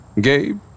Gabe